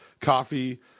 coffee